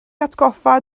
atgoffa